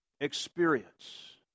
experience